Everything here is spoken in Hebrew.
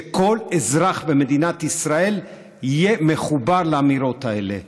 שכל אזרח במדינת ישראל יהיה מחובר לאמירות האלה.